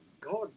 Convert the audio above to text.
God